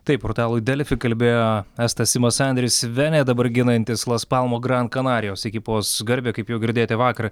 taip portalui delfi kalbėjo estas simas sanderis venė dabar ginantis las palmo gran kanarijos ekipos garbę kaip jau girdėti vakar